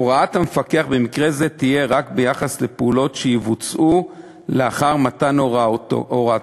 הוראת המפקח במקרה זה תהיה רק ביחס לפעולות שיבוצעו לאחר מתן הוראתו,